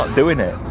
doing it